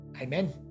Amen